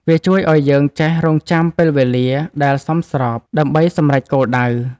វាជួយឱ្យយើងចេះរង់ចាំពេលវេលាដែលសមស្រប ដើម្បីសម្រេចគោលដៅ។